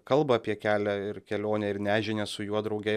kalba apie kelią ir kelionę ir nežinią su juo drauge